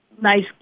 nice